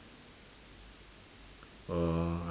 uh